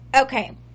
okay